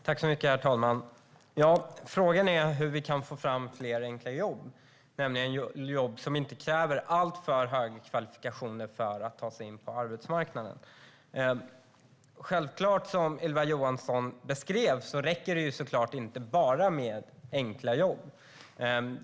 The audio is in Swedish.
Herr talman! Frågan är hur vi kan få fram fler enkla jobb, nämligen jobb som inte kräver alltför höga kvalifikationer för att man ska kunna ta sig in på arbetsmarknaden. Självklart räcker det inte, precis som Ylva Johansson beskrev, med bara enkla jobb.